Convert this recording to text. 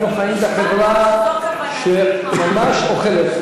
אנחנו חיים בחברה שממש אוכלת,